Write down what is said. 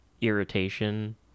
irritation